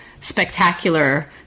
spectacular